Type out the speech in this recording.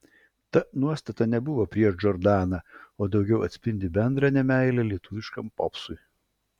ta nuostata nebuvo prieš džordaną o daugiau atspindi bendrą nemeilę lietuviškam popsui